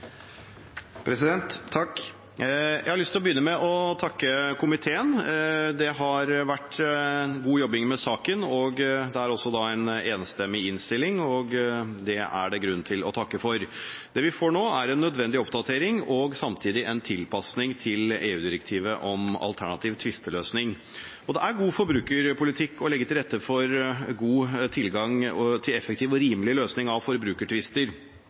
3 minutter. Jeg har lyst til å begynne med å takke komiteen. Det har vært god jobbing med saken, det er en enstemmig innstilling, og det er det grunn til å takke for. Det vi får nå, er en nødvendig oppdatering og samtidig en tilpasning til EU-direktivet om alternativ tvisteløsning. Det er god forbrukerpolitikk å legge til rette for god tilgang til effektiv og rimelig løsning av forbrukertvister.